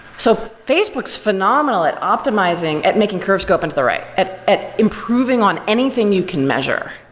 so facebook's phenomenal at optimizing, at making curves go up into the right, at at improving on anything you can measure.